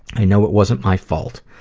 i know it wasn't my fault.